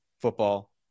football